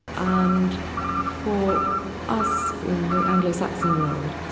and for us in the anglo saxon world,